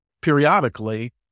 periodically